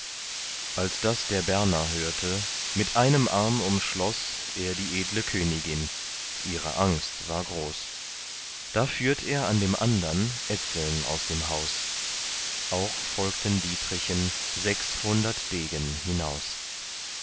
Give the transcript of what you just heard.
als das der berner hörte mit einem arm umschloß er die edle königin ihre angst war groß da führt er an dem andern etzeln aus dem haus auch folgten dietrichen sechshundert degen hinaus